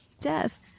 death